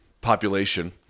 population